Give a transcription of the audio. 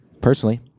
Personally